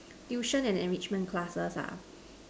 tuition and enrichment classes